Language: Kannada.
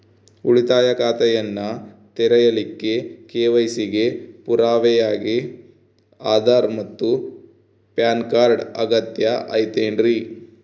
ಉಳಿತಾಯ ಖಾತೆಯನ್ನ ತೆರಿಲಿಕ್ಕೆ ಕೆ.ವೈ.ಸಿ ಗೆ ಪುರಾವೆಯಾಗಿ ಆಧಾರ್ ಮತ್ತು ಪ್ಯಾನ್ ಕಾರ್ಡ್ ಅಗತ್ಯ ಐತೇನ್ರಿ?